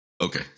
Okay